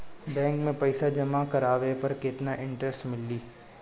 Bank में पईसा जमा करवाये पर केतना इन्टरेस्ट मिली?